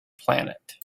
planet